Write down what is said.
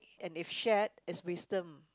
and if shared is wisdom